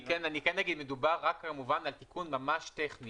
מדובר רק על תיקון ממש טכני.